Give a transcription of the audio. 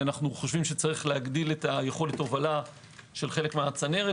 אנו חושבים שצריך להגדיל את יכולת ההובלה של חלק מהצנרת,